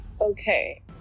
Okay